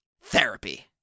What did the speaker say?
Therapy